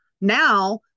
Now